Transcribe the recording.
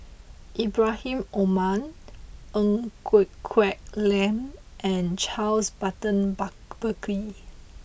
Ibrahim Omar Ng Quee Lam and Charles Burton Buckley